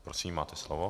Prosím, máte slovo.